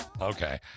Okay